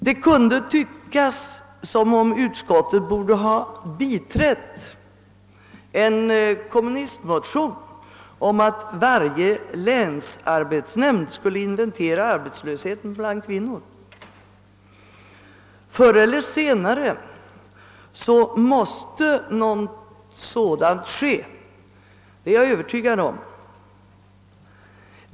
Det kunde tyckas som om utskottet borde ha biträtt en kommunistmotion om att varje länsarbetsnämnd skulle inventera arbetslösheten bland kvinnor. Förr eller senare måste någonting sådant ske; det är jag övertygad om.